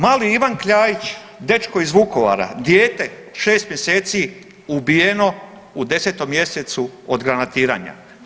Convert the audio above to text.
Mali Ivan Kljajić, dečko iz Vukovara, dijete 6.mjeseci ubijeno u 10. mjesecu od granatiranja.